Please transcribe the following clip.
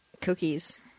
Cookies